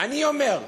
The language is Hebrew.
אני אומר,